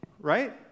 right